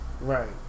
Right